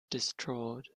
distraught